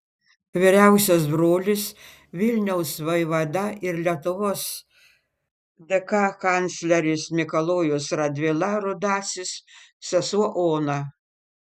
vyriausias brolis vilniaus vaivada ir lietuvos dk kancleris mikalojus radvila rudasis sesuo ona